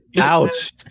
Ouch